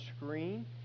screen